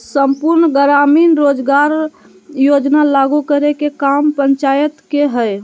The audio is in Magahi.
सम्पूर्ण ग्रामीण रोजगार योजना लागू करे के काम पंचायत के हय